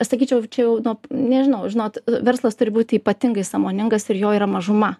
aš sakyčiau čia jau nu nežinau žinot verslas turi būti ypatingai sąmoningas ir jo yra mažuma